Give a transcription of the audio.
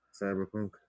Cyberpunk